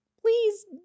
please